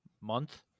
month